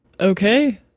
Okay